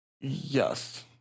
Yes